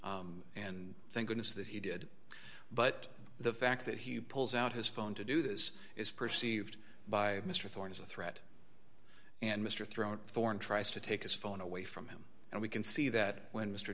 and thank goodness that he did but the fact that he pulls out his phone to do this is perceived by mr thorne as a threat and mr thrown form tries to take his phone away from him and we can see that when mr